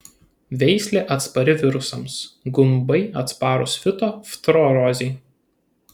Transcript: veislė atspari virusams gumbai atsparūs fitoftorozei